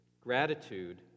Gratitude